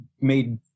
made